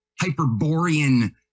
hyperborean